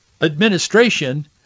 administration